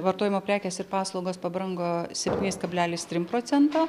vartojimo prekės ir paslaugos pabrango septyniais kablelis trim procento